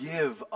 Give